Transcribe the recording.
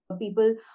people